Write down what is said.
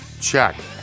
Check